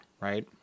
right